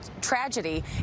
tragedy